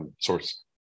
source